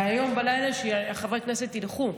והיום בלילה, שחברי כנסת ילכו.